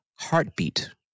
heartbeat